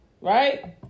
right